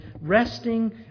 resting